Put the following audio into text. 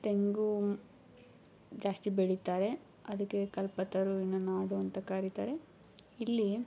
ತೆಂಗು ಜಾಸ್ತಿ ಬೆಳಿತಾರೆ ಅದಕ್ಕೆ ಕಲ್ಪತರುವಿನ ನಾಡು ಅಂತ ಕರಿತಾರೆ ಇಲ್ಲಿ